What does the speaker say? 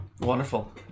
wonderful